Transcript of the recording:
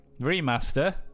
remaster